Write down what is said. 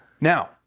Now